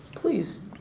please